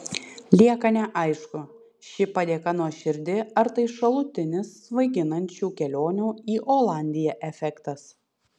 lieka neaišku ši padėka nuoširdi ar tai šalutinis svaiginančių kelionių į olandiją efektas